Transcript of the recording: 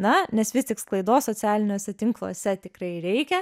na nes vis tik sklaidos socialiniuose tinkluose tikrai reikia